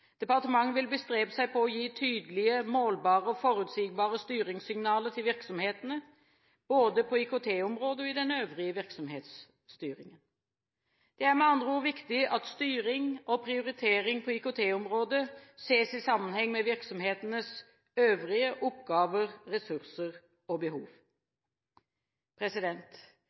Departementet vil bestrebe seg på å gi tydelige, målbare og forutsigbare styringssignaler til virksomhetene – både på IKT-området og i den øvrige virksomhetsstyringen. Det er med andre ord viktig at styring og prioritering på IKT-området ses i sammenheng med virksomhetenes øvrige oppgaver, ressurser og behov.